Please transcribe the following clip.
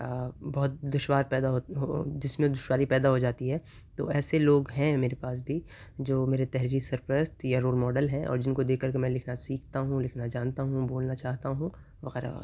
بہت دشوار پیدا جس میں دشواری پیدا ہو جاتی ہے تو ایسے لوگ ہیں میرے پاس بھی جو میرے تحریری سرپرست یا رول ماڈل ہیں اور جن کو دیکھ کر کے میں لکھنا سیکھتا ہوں لکھنا جانتا ہوں بولنا چاہتا ہوں وغیرہ وغیرہ